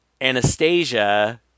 Anastasia